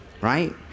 right